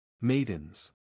Maidens